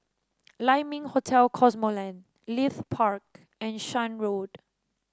Lai Ming Hotel Cosmoland Leith Park and Shan Road